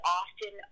often